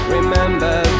Remember